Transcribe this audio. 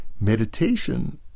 meditation